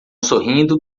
sorrindo